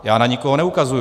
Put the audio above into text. Já na nikoho neukazuji.